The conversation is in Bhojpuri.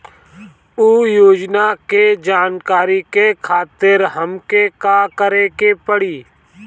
उ योजना के जानकारी के खातिर हमके का करे के पड़ी?